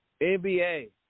NBA